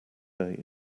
day